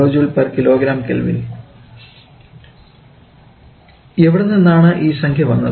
287 kJkgK എവിടെനിന്നാണ് ഈ സംഖ്യ വന്നത്